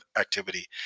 activity